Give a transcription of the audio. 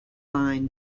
line